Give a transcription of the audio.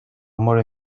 more